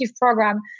program